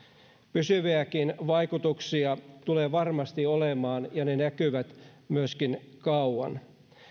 pysyviäkin vaikutuksia tulee varmasti olemaan ja ne näkyvät myöskin kauan